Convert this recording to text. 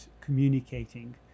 communicating